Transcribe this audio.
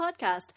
podcast